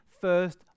first